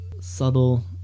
subtle